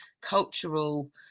cultural